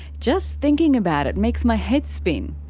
just thinking about it. makes my head spin.